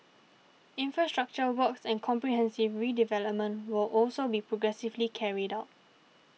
infrastructure works and comprehensive redevelopment will also be progressively carried out